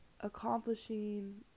accomplishing